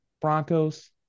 Broncos